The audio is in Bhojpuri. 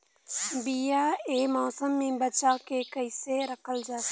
बीया ए मौसम में बचा के कइसे रखल जा?